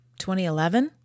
2011